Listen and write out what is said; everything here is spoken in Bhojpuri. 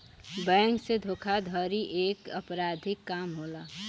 बैंक से धोखाधड़ी एक अपराधिक काम होला